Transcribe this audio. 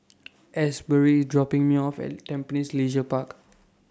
Asberry IS dropping Me off At Tampines Leisure Park